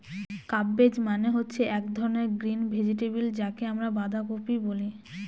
cabbage মানে হচ্ছে এক ধরনের গ্রিন ভেজিটেবল যাকে আমরা বাঁধাকপি বলে